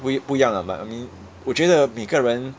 不不一样 ah but I mean 我觉得每一个人